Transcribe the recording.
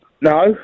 No